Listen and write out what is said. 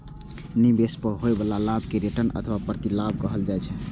निवेश पर होइ बला लाभ कें रिटर्न अथवा प्रतिलाभ कहल जाइ छै